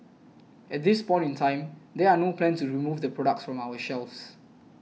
at this point in time there are no plans remove the products from our shelves